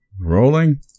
rolling